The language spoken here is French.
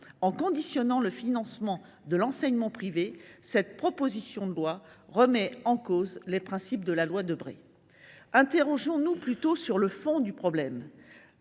En conditionnant le financement de l’enseignement privé, cette proposition de loi remet en cause les principes de la loi Debré. Interrogeons nous plutôt sur le fond du problème.